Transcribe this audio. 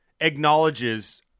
acknowledges